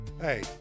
Hey